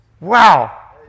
Wow